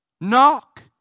Knock